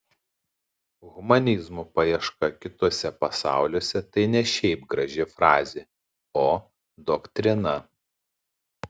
humanizmo paieška kituose pasauliuose tai ne šiaip graži frazė o doktrina